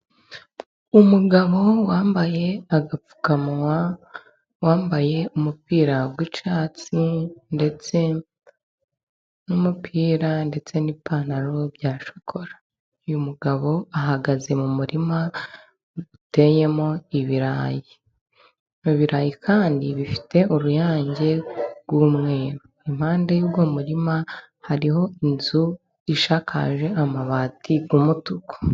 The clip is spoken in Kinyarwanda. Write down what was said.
Umugabo wambaye agapfukamunwa, wambaye umupira w'icyatsi ndetse n'umupira ndetse ni ipantaro bya shokora, uyu mugabo ahagaze mu murima uteyemo ibirayi, mu birayi kandi bifite uruyange rw'umweru, impande y'uwo muririma hariho inzu isakakaje amabati y'umutuku.